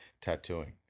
tattooing